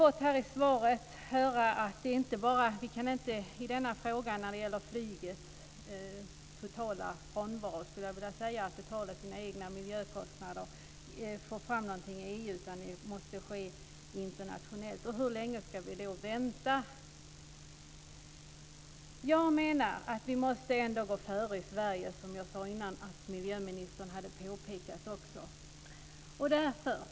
Vi har i svaret fått höra att vi inte kan komma någonvart i EU när det gäller frågan att flyget inte betalar sina egna miljökostnader. Det måste ske internationellt. Hur länge ska vi då vänta? Jag menar att vi måste gå före i Sverige. Jag sade innan att också miljöministern hade påpekat detta.